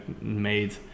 made